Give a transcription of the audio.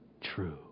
true